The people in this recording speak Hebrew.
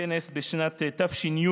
בכנס בשנת תש"י.